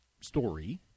story